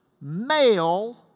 male